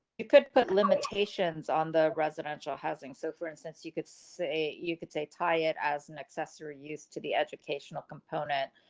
it could put limitations on the residential housing. so, for instance, you could say, you could say, tie it as an accessory use to the educational component